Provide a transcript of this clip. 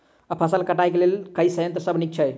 फसल कटाई लेल केँ संयंत्र सब नीक छै?